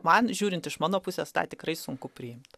man žiūrint iš mano pusės tą tikrai sunku priimt